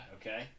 okay